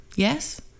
Yes